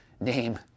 name